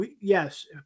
yes